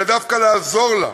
אלא דווקא לעזור לה.